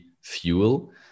fuel